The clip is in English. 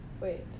Wait